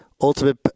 ultimate